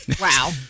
Wow